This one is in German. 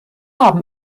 haben